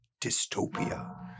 dystopia